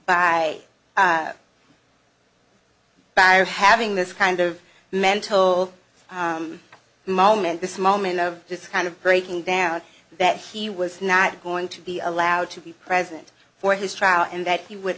barrier having this kind of mental moment this moment of this kind of breaking down that he was not going to be allowed to be present for his trial and that he would